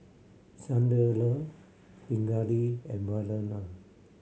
Sunderlal Pingali and Vandana